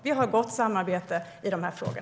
Vi har ett gott samarbete i dessa frågor.